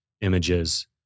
images